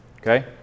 Okay